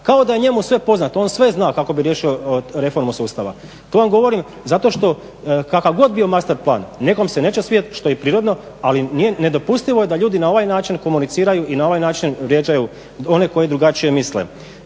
kao da je njemu sve poznato, on sve zna kako bi riješio reformu sustava. To vam govorim zato što kakav god bio master plan nekom se neće svidjeti, što je i prirodno, ali nedopustivo je da ljudi na ovaj način komuniciraju i na ovaj način vrijeđaju one koji drugačije misle.